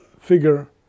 figure